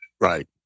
Right